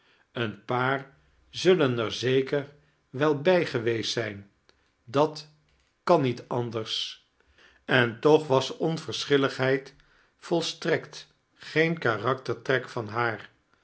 eein paar zullen er zeker wel bij geweest zijn kerstvertellingen dat kan niet anders en toch was onverschilligheid volstrekt geen karakfcertrek van haar